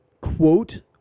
Quote